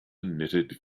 knitted